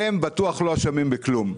הם בטוח לא אשמים בכלום,